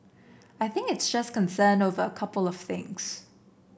I think it's just concern over a couple of things